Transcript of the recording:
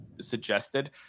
suggested